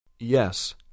Yes